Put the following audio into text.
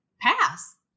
pass